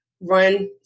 run